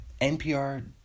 NPR